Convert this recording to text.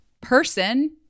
person